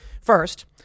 first